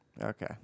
Okay